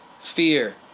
fear